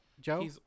Joe